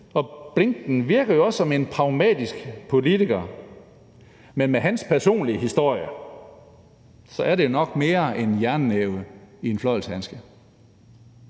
Blinken virker jo også som en pragmatisk politiker, men med hans personlige historie er det nok mere en jernnæve i en fløjlshandske.